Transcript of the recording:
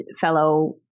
fellow